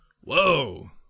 Whoa